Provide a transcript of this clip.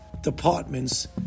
departments